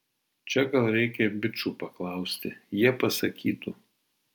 čia gal reikia bičų paklausti jie pasakytų